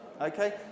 Okay